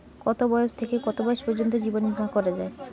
কতো বয়স থেকে কত বয়স পর্যন্ত জীবন বিমা করা যায়?